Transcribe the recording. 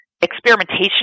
experimentation